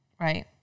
Right